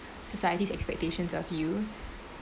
society's expectations of you